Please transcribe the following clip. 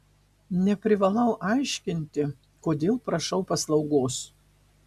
neprivalau aiškinti kodėl prašau paslaugos